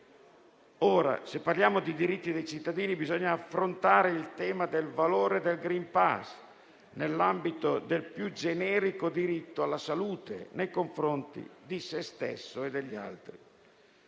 Se parliamo di diritti dei cittadini, bisogna affrontare il tema del valore del *green* *pass* nell'ambito del più generico diritto alla salute nei confronti di se stesso e degli altri.